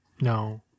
no